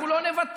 אנחנו לא נוותר.